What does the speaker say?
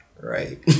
right